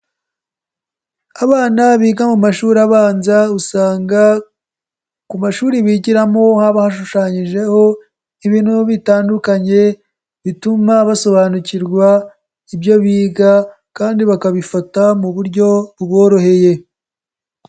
Abana biga mu mashuri abanza usanga ku mashuri bigiramo haba hashushanyijeho ibintu bitandukanye, bituma basobanukirwa ibyo biga kandi bakabifata mu buryo buboroheye.